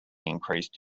increased